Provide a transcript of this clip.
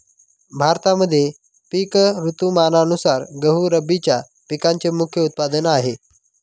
भारतामध्ये पिक ऋतुमानानुसार गहू रब्बीच्या पिकांचे मुख्य उत्पादन आहे